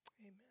Amen